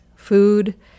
food